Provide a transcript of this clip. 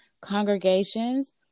congregations